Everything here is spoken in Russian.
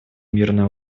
мирное